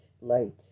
light